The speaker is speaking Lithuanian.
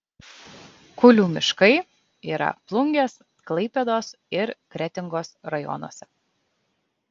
kulių miškai yra plungės klaipėdos ir kretingos rajonuose